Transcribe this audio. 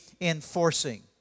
enforcing